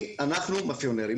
אנחנו מאפיונרים.